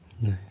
Nice